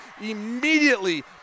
immediately